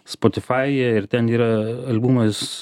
spotifajuje ir ten yra albumas